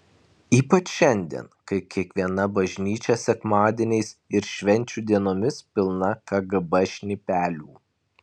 ypač šiandien kai kiekviena bažnyčia sekmadieniais ir švenčių dienomis pilna kgb šnipelių